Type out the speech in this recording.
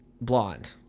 blonde